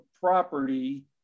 property